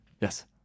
yes